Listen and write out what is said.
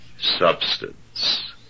substance